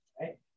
right